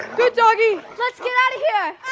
good doggy. let's get out of here!